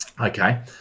Okay